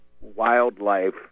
wildlife